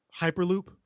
Hyperloop